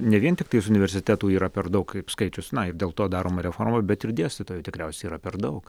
ne vien tiktais universitetų yra per daug kaip skaičius na dėl to daroma reforma bet ir dėstytojų tikriausiai yra per daug